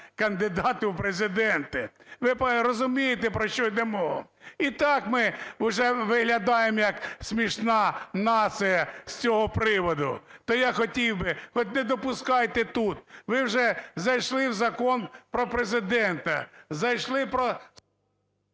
кандидату в Президенти. Ви розумієте, про що йде мова? І так ми вже виглядаємо як "смішна нація" з цього приводу. То я хотів би, от не допускайте тут… Ви вже зайшли в Закон "Про Президента",